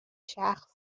شخص